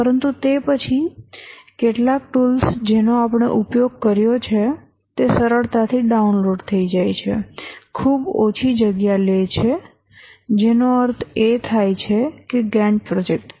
પરંતુ તે પછી કેટલાક ટૂલ્સ જેનો આપણે ઉપયોગ કર્યો છે તે સરળતાથી ડાઉનલોડ થઈ જાય છે ખૂબ ઓછી જગ્યા લે છે જેનો અર્થ એ થાય છે કે ગેન્ટ પ્રોજેક્ટ છે